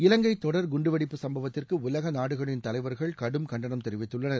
இலங்கை தொடர் குண்டுவெடிப்பு சம்பவத்திற்கு உலக நாடுகளின் தலைவர்கள் கடும் கண்டனம் தெரிவித்துள்ளனர்